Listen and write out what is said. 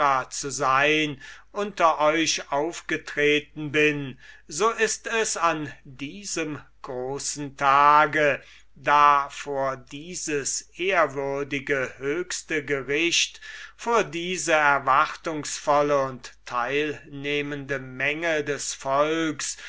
zu sein unter euch aufgetreten bin so ist es an diesem großen festlichen tage da vor diesem ehrwürdigen höchsten gerichte vor dieser erwartungsvollen und teilnehmenden menge des volks